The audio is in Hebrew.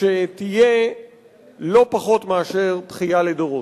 שתהיה לא פחות מאשר בכייה לדורות.